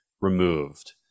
removed